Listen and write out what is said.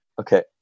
Okay